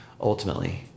ultimately